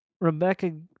Rebecca